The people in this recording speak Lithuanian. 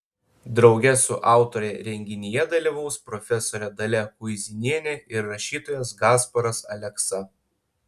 drauge su autore renginyje dalyvaus profesorė dalia kuizinienė ir rašytojas gasparas aleksa